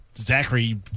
Zachary